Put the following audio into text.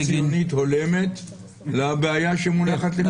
ציונית הולמת לבעיה שמונחת לפתחנו.